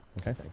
Okay